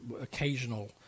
occasional